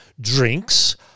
drinks